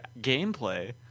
gameplay